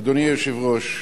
אדוני היושב-ראש,